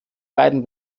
beiden